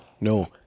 no